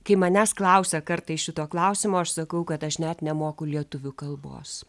kai manęs klausia kartais šito klausimo aš sakau kad aš net nemoku lietuvių kalbos